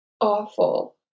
awful